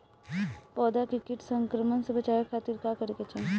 पौधा के कीट संक्रमण से बचावे खातिर का करे के चाहीं?